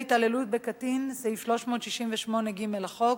והתעללות בקטין, סעיף 368ג לחוק,